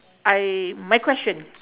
I my question